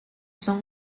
son